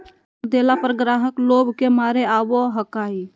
छुट देला पर ग्राहक लोभ के मारे आवो हकाई